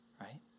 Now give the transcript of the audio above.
right